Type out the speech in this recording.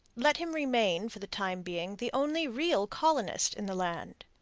let him remain, for the time being, the only real colonist in the land.